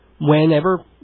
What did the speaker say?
whenever